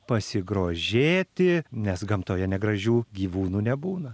pasigrožėti nes gamtoje negražių gyvūnų nebūna